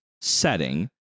setting